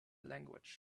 language